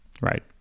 Right